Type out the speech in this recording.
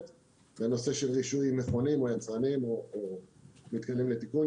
בנושא של רישוי מכונים או יצרנים או מתקנים לתיקון.